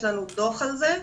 יש לנו דוח על זה.